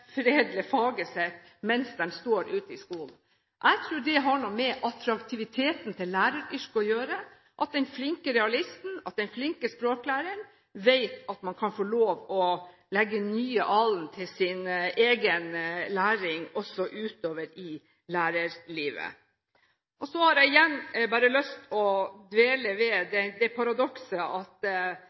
mens de står ute i skolen. Jeg tror det har med attraktiviteten til læreryrket å gjøre, at den flinke realisten eller språklæreren vet at man kan få lov til å legge nye alen til sin egen læring, også utover i lærerlivet. Jeg har igjen lyst til å dvele ved det paradokset at